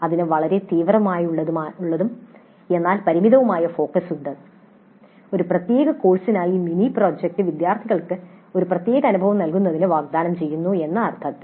ഇതിന് വളരെ തീവ്രമായുള്ളതും എന്നാൽ പരിമിതവുമായ ഫോക്കസ് ഉണ്ട് ഒരു പ്രത്യേക കോഴ്സായി മിനി പ്രോജക്റ്റ് വിദ്യാർത്ഥികൾക്ക് ഒരു പ്രത്യേക അനുഭവം നൽകുന്നതിന് വാഗ്ദാനം ചെയ്യുന്നു എന്ന അർത്ഥത്തിൽ